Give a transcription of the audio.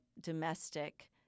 domestic